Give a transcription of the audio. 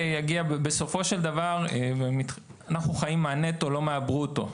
אנחנו חיים מהנטו ולא מהברוטו,